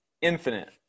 infinite